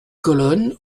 colonnes